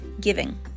giving